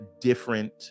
different